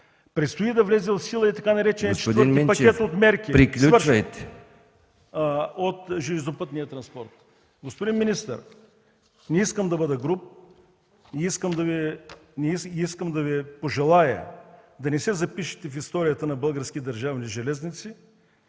Предстои да влезе в сила така нареченият „пакет от мерки” за железопътния транспорт. Господин министър, не искам да бъда груб, искам да Ви пожелая да не се запишете в историята на Български държавни железници